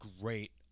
great